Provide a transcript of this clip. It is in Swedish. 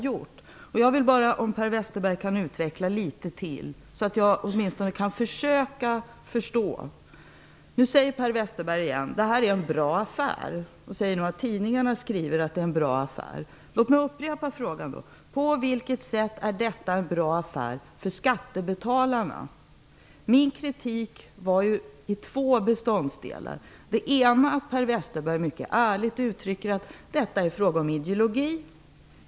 Jag vill att Per Westerberg skall utveckla sitt svar litet till så att jag kan försöka förstå. Per Westerberg säger återigen att detta är en bra affär. Han säger att tidningarna skriver att det är en bra affär. På vilket sätt är detta en bra affär för skattebetalarna? Min kritik består av två delar. Per Westerberg uttrycker mycket ärligt att det är fråga om ideologi.